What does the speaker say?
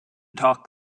talk